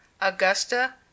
augusta